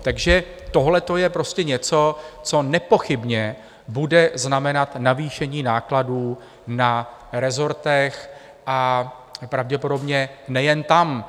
Takže tohleto je něco, co nepochybně bude znamenat navýšení nákladů na rezortech, a pravděpodobně nejen tam.